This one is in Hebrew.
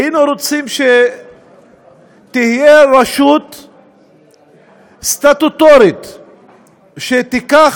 היינו רוצים שתהיה רשות סטטוטורית שתיקח